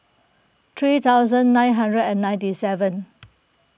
three thousand nine hundred and ninety seven